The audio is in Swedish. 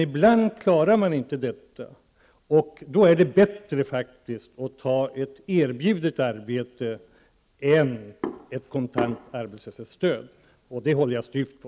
Ibland kan man emellertid inte klara detta, och då är det bättre att acceptera ett erbjudet arbete än att lyfta kontant arbetslöshetsstöd. Det håller jag styvt på.